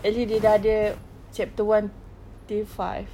at least dia sudah ada chapter one till five